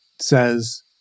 says